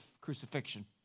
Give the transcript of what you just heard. crucifixion